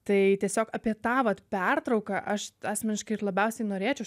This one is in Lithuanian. tai tiesiog apie tą vat pertrauką aš asmeniškai ir labiausiai norėčiau